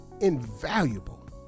invaluable